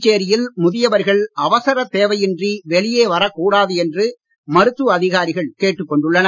புதுச்சேரியில் முதியவர்கள் அவசர தேவையின்றி வெளியே வரக்கூடாது என்று மருத்துவ அதிகாரிகள் கேட்டுக் கொண்டுள்ளனர்